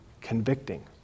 convicting